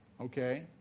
okay